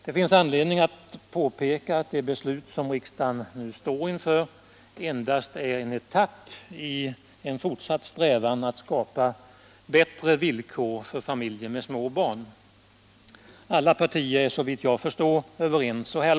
Det finns anledning att påpeka att det beslut som riksdagen nu står inför endast är en etapp i en fortsatt strävan att skapa bättre villkor för familjer med små barn. Alla partier är såvitt jag förstår överens så långt.